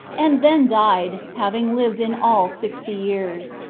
and then died, having lived in all sixty years,